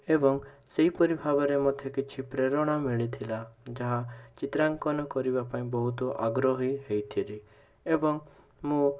ଏବଂ ସେହିପରି ଭାବରେ ମଧ୍ୟ କିଛି ପ୍ରେରଣା ମିଳିଥିଲା ଯାହା ଚିତ୍ରାଙ୍କନ କରିବା ପାଇଁ ବହୁତ ଆଗ୍ରହୀ ହେଇଥିଲି ଏବଂ ମୁଁ